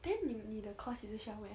then 你你的 course 也是需要 wear